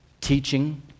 teaching